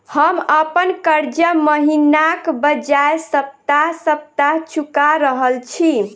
हम अप्पन कर्जा महिनाक बजाय सप्ताह सप्ताह चुका रहल छि